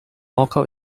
local